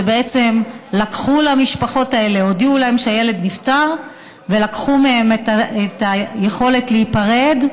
כשהודיעו למשפחות האלה שילד נפטר ולקחו מהן את היכולת להיפרד,